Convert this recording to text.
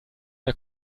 der